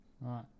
Right